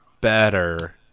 better